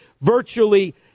virtually